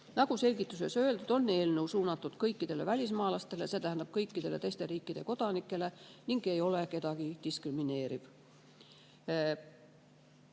Nagu selgituses öeldud, on eelnõu suunatud kõikidele välismaalastele, see tähendab kõikidele teiste riikide kodanikele, ning ei ole kedagi diskrimineeriv.